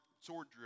sword